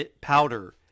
powder